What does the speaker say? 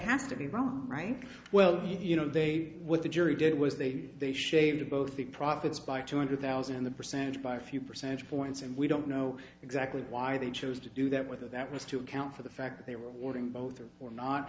has to be wrong right well you know they what the jury did was they they shaved both the profits by two hundred thousand and the percentage by a few percentage points and we don't know exactly why they chose to do that whether that was to account for the fact they were awarding both or or not